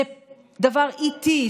זה דבר איטי,